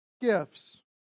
gifts